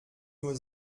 nur